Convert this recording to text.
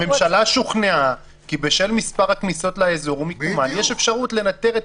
יש לך: הממשלה שוכנעה כי בשל מספר הכניסות לאזור יש אפשרות לנטר-